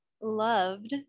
loved